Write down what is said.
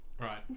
Right